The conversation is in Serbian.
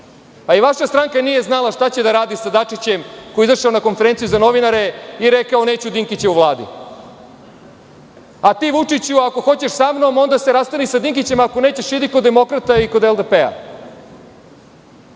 pa i vaša stranka nije znala šta će da radi sa Dačićem koji je izašao na konferenciju za novinare i rekao – neću Dinkića u Vladi, a ti Vučiću ako hoćeš sa mnom onda se rasturi sa Dinkićem,a ko nećeš idi kod demokrata i kod LDP.Vi